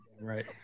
Right